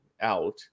out